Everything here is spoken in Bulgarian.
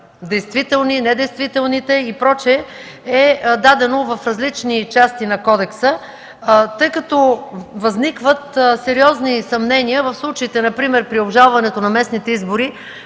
действителни, недействителните и прочее, е дадено в различни части на Кодекса. Тъй като възникват сериозни съмнения в случаите, например при обжалването на местните избори,